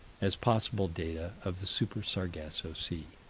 as possible data of the super-sargasso sea